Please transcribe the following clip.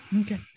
okay